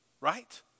right